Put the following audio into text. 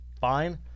fine